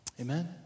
Amen